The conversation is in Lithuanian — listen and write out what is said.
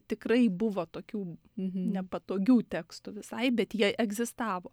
tikrai buvo tokių nepatogių tekstų visai bet jie egzistavo